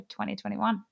2021